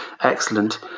Excellent